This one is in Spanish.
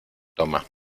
toma